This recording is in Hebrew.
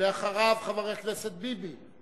אחריו חבר הכנסת ביבי,